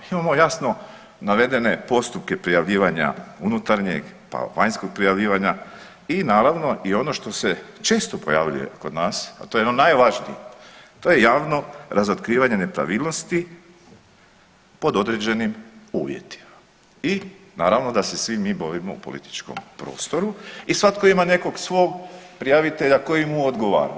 Imamo jasno navedene postupke prijavljivanja unutarnjeg, pa vanjskog prijavljivanja i naravno i ono što se često pojavljuje kod nas, a to je ono najvažnije, to je javno razotkrivanje nepravilnosti pod određenim uvjetima i naravno da se svi mi bojimo u političkom prostoru i svatko ima nekog svog prijavitelja koji mu odgovara.